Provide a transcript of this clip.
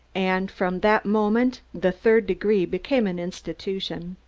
and from that moment the third degree became an institution.